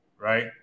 right